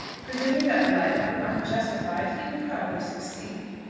presuming that the libel could not be justified, he would probably succeed.